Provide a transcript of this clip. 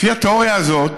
לפי התיאוריה הזאת,